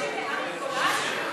אתה לא מקשיב לאריה גולן?